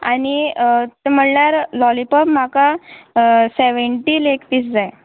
आनी म्हणल्यार लॉलिपॉप म्हाका सेवेंटी लेग पीस जाय